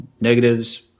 Negatives